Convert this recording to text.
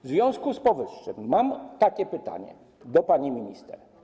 W związku z powyższym mam takie pytanie do pani minister.